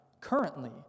currently